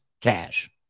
cash